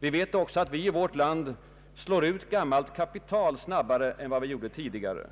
Vi vet också att vi i vårt land slår ut gammalt kapital snabbare nu än vi gjorde tidigare.